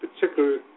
particular